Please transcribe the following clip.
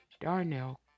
Darnell